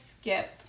skip